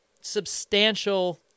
substantial